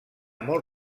molt